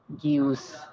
use